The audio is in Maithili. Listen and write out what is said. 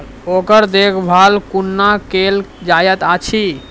ओकर देखभाल कुना केल जायत अछि?